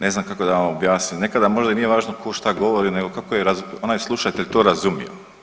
Ne znam kako da vam objasnim, nekada možda i nije važno tko šta govori nego kako je onaj slušatelj to razumio.